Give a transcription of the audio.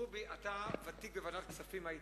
רובי, אתה ותיק בוועדת הכספים היית,